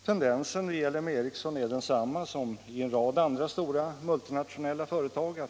Tendensen vid L M Ericsson är densamma som vid en rad andra stora multinationella företag.